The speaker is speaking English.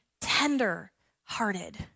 tender-hearted